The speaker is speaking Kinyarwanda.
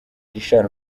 richard